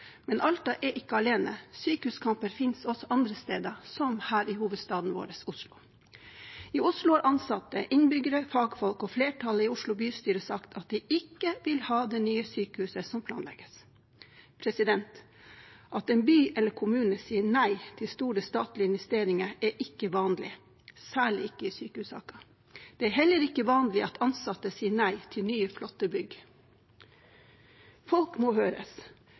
Men Alta er ikke alene. Sykehuskamper finnes også andre steder, som her i hovedstaden vår, Oslo. I Oslo har ansatte, innbyggere, fagfolk og flertallet i Oslo bystyre sagt at de ikke vil ha det nye sykehuset som planlegges. At en by eller en kommune sier nei til store statlige investeringer, er ikke vanlig, særlig ikke i sykehussaker. Det er heller ikke vanlig at ansatte sier nei til nye, flotte bygg. Folk må høres.